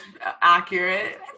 accurate